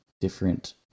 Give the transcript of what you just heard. different